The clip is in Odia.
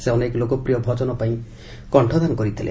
ସେ ଅନେକ ଲୋକପ୍ରିୟ ଭଜନପାଇଁ କଶ୍ଷଦାନ କରିଥିଲେ